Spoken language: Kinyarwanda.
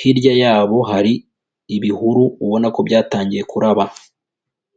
Hirya yabo hari ibihuru ubona ko byatangiye kuraba.